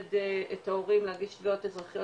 ולעודד את ההורים להגיש תביעות אזרחיות